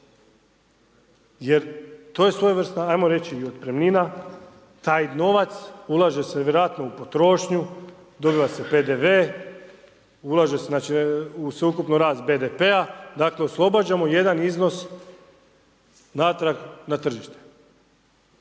jer to je svojevrsna ajmo reći i otpremnina, taj novac ulaže se vjerojatno u potrošnju, dobiva se PDV, ulaže se sveukupno u rast BDP-a, dakle oslobađamo jedan iznos natrag na tržište.